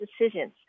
decisions